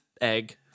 egg